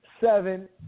seven